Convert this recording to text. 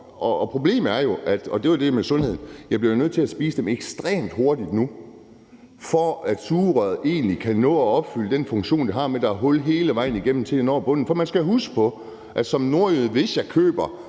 mig. Problemet er jo, at jeg bliver nødt til at drikke den ekstremt hurtigt nu, for at sugerøret egentlig kan nå at opfylde den funktion, det har, med at der er hul hele vejen igennem, indtil man når bunden. For man skal huske på, at hvis jeg som